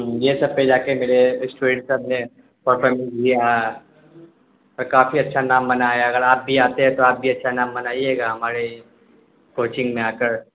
یہ سب پہ جا کے میرے اسٹوڈینٹ سب نے پرفامنس دیا اور کافی اچھا نام بنایا اگر آپ بھی آتے ہے تو آپ بھی اچھا نام بنائیے گا ہمارے کوچنگ میں آ کر